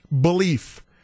belief